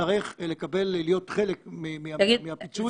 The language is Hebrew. יצטרך להיות חלק מהפיצוי.